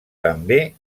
també